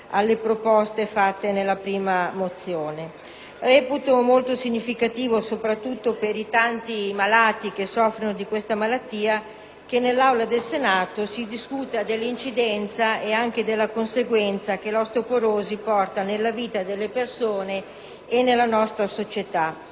quelle avanzate nella prima. Reputo molto significativo, soprattutto per i tanti malati che soffrono di questa patologia, che nell'Aula del Senato si discuta dell'incidenza ed anche delle conseguenze che l'osteoporosi porta nella vita delle persone e nella nostra società.